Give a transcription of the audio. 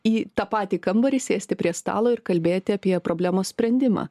į tą patį kambarį sėsti prie stalo ir kalbėti apie problemos sprendimą